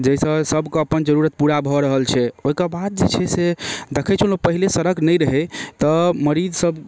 जाहिसँ सभके अपन जरूरत पूरा भऽ रहल छै ओहिके बाद जे छै से देखै छलहुँ पहिले सड़क नहि रहै तऽ मरीजसभ